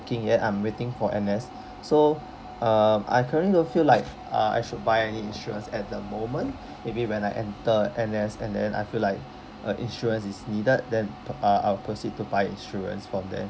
working yet I'm waiting for N_S so um I currently don't feel like uh I should buy an insurance at the moment maybe when I enter N_S and then I feel like uh insurance is needed then p~ uh I'll proceed to buy insurance from there